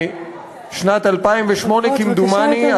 בשנת 2008 כמדומני,